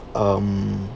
um